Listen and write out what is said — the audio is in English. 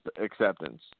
acceptance